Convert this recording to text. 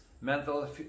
mental